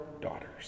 daughters